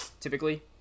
typically